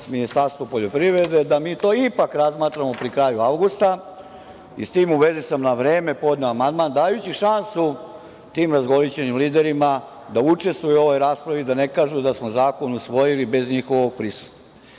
Ministarstvo poljoprivrede da mi to ipak razmatramo pri kraju avgusta i s tim u vezi sam na vreme podneo amandman, dajući šansu tim razgolićenim liderima da učestvuju u ovoj raspravi, da ne kažu da smo zakon usvojili bez njihovog prisustva. Moram